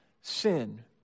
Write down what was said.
sin